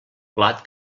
plat